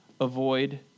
avoid